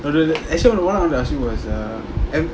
actually what I wanted to ask you was err e~